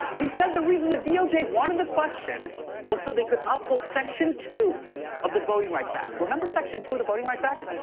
he said the reason the doj wanted the question was so they could uphold section two of the voting rights act. remember section two of the voting rights act?